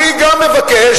אני גם מבקש,